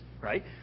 right